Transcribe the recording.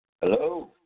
Hello